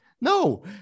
no